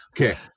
Okay